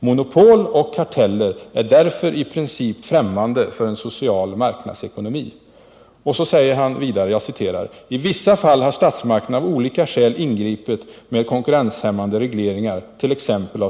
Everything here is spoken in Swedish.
Monopol och karteller är därför i princip främmande för en social marknadsekonomi.” Han säger vidare: ”I vissa fall har statsmakterna av olika skäl ingripit med konkurrenshämmande regleringar——-—avt.ex.